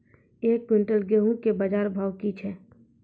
एक क्विंटल गेहूँ के बाजार भाव की छ?